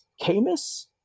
camus